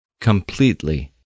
completely 。